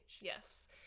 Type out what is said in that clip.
Yes